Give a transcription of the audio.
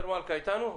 אתנו?